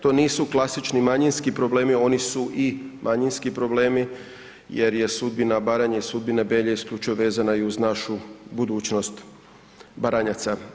To nisu klasični manjinski problemi oni su i manjinski problemi jer je sudbina Baranje i sudbina Belje isključivo vezana i uz našu budućnost Baranjaca.